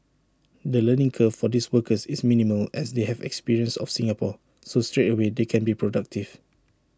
the learning curve for these workers is minimal as they have experience of Singapore so straightaway they can be productive